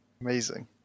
Amazing